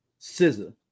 scissor